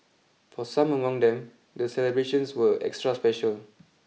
for some among them the celebrations were extra special